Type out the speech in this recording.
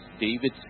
David